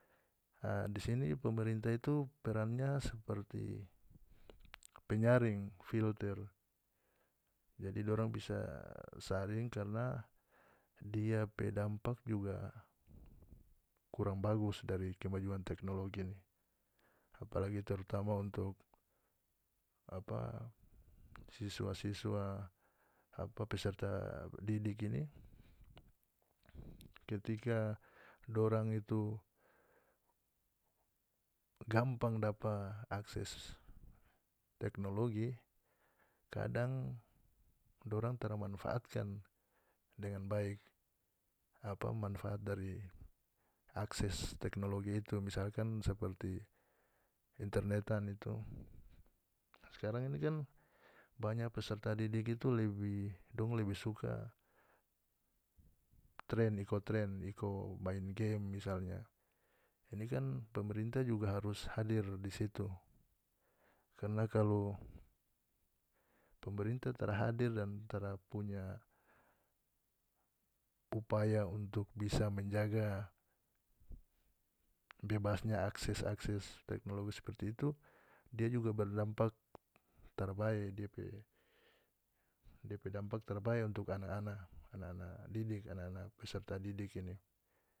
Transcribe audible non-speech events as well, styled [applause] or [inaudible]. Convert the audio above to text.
A di sini pemerintah itu perannya seperti penyaring filter jadi dorang bisa saring karna dia pe dampak juga [noise] kurang bagus dari kemajuan teknologi ini apalagi terutama untuk apa siswa-siswa apa peserta didik ini [noise] ketika dorang itu gampang dapa akses teknologi kadang dorang tara manfaatkan dengan baik apa manfaat dari akses teknologi itu misalkan seperti internetan itu skarang ini kan banya peserta didik itu lebih dong lebih suka tren iko tren iko main game misalnya ini kan pemerintah juga harus hadir di situ karna kalau pemerintah tara hadir dan tara punya upaya untuk bisa menjaga bebasnya akses-akses teknologi seperti itu dia juga berdampak tarabae dia pe depe dampak tarabae untuk ana-ana untuk ana-ana didik ana-ana peserta didik ini.